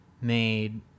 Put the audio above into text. made